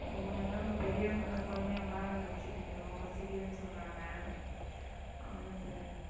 ரொம்ப நேரம் இங்கே பெரியவுங்களை குழந்தைங்கள்லாம் வேறு வச்சிகிட்டு நிற்கிறோம் பசிக்குதுன்னு சொல்லுறாங்க ஆமாம் சார்